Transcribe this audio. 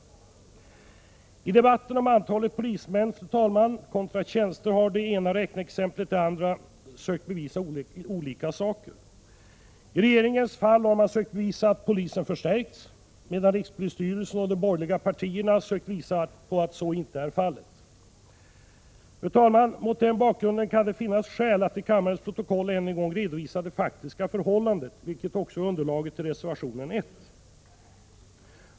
I debatten om antalet polismän kontra antalet tjänster har man med det ena räkneexemplet efter det andra sökt bevisa olika saker. I regeringens fall har man sökt bevisa att polisen förstärkts, medan rikspolisstyrelsen och de borgerliga partierna sökt visa att så inte är fallet. Mot den bakgrunden kan det, fru talman, finnas skäl att till kammarens protokoll än en gång redovisa det faktiska förhållandet, vilket också är underlaget till reservationen 1.